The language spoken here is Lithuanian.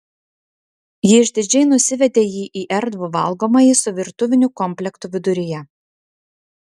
ji išdidžiai nusivedė jį į erdvų valgomąjį su virtuviniu komplektu viduryje